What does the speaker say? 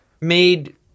made